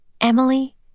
Emily